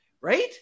right